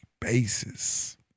basis